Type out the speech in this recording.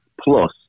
plus